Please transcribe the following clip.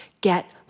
get